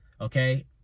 Okay